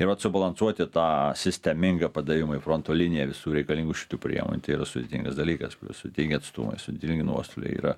ir vat subalansuoti tą sistemingą padavimą į fronto liniją visų reikalingų šitų priemonių tai yra sudėtingas dalykas sudėtingi atstumai sudėtingi nuostoliai yra